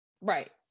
Right